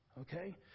okay